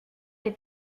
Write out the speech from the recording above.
des